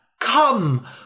Come